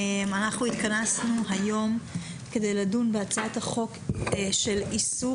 אנחנו התכנסנו היום כדי לדון בהצעת חוק איסור